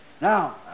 Now